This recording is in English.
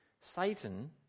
Satan